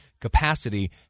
Capacity